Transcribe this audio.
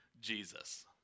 Jesus